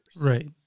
Right